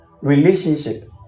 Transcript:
relationship